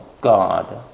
God